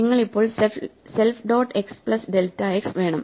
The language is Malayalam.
നിങ്ങൾക്ക് ഇപ്പോൾ self dot x plus delta x വേണം